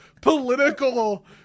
political